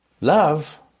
Love